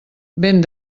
vent